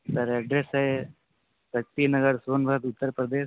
sir address है शक्ति नगर सोनभद्र उत्तर प्रदेश